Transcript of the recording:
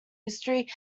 history